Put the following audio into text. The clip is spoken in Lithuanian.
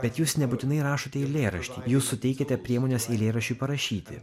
bet jūs nebūtinai rašote eilėraštį jūs suteikiate priemones eilėraščiui parašyti